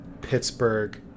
Pittsburgh